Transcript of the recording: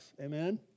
Amen